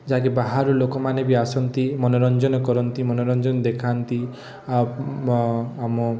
ଯାହା କି ବାହାରୁ ଲୋକମାନେ ବି ଆସନ୍ତି ମନୋରଞ୍ଜନ କରନ୍ତି ମନୋରଞ୍ଜନ ଦେଖାନ୍ତି ଆଉ ଆମ